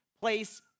place